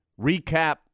recap